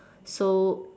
so